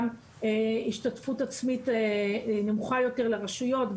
גם השתתפות עצמית נמוכה יותר לרשויות,